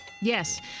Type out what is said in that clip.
Yes